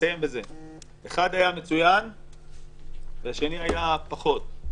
האחד היה מצוין והשני פחות.